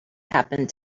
happened